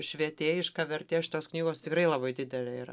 švietėjiška vertė šitos knygos tikrai labai didelė yra